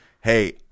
hey